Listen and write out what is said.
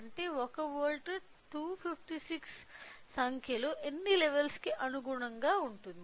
1 volt 256 సంఖ్యలో ఎన్ని levels కు అనుగుణంగా ఉంటుంది